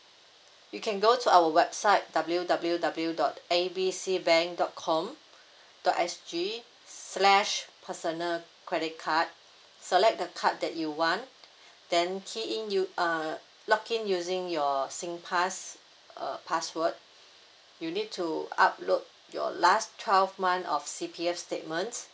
you can go to our website W_W_W dot A B C bank dot com dot S_G slash personal credit card select the card that you want then key in you uh login using your singpass uh password you need to upload your last twelve month of C_P_F statement